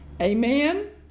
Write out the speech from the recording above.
Amen